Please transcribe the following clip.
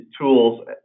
tools